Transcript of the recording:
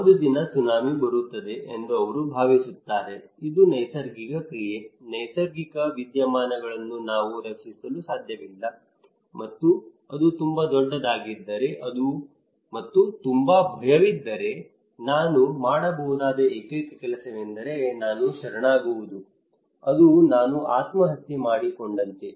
ಒಂದು ದಿನ ಸುನಾಮಿ ಬರುತ್ತದೆ ಎಂದು ಅವರು ಭಾವಿಸುತ್ತಾರೆ ಇದು ನೈಸರ್ಗಿಕ ಕ್ರಿಯೆ ನೈಸರ್ಗಿಕ ವಿದ್ಯಮಾನಗಳನ್ನು ನಾವು ರಕ್ಷಿಸಲು ಸಾಧ್ಯವಿಲ್ಲ ಮತ್ತು ಅದು ತುಂಬಾ ದೊಡ್ಡದಾಗಿದ್ದರೆ ಮತ್ತು ತುಂಬಾ ಭಯವಿದ್ದರೆ ನಾನು ಮಾಡಬಹುದಾದ ಏಕೈಕ ಕೆಲಸವೆಂದರೆ ನಾನು ಶರಣಾಗುವುದು ಅದು ನಾನು ಆತ್ಮಹತ್ಯೆ ಮಾಡಿಕೊಂಡಂತೆ